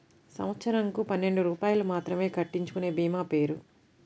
సంవత్సరంకు పన్నెండు రూపాయలు మాత్రమే కట్టించుకొనే భీమా పేరు?